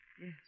Yes